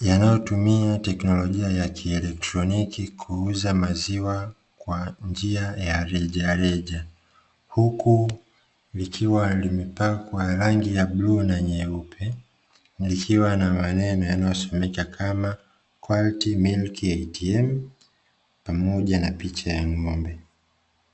Yanayotumia teknolojia ya kielektroniki kuuza maziwa kwa njia ya rejareja. Huku likiwa limepakwa rangi ya bluu na nyeupe, likiwa na maneno yanayosomeka kama "QUALITY MILK ATM", pamoja na picha ya ng'ombe.